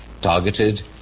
targeted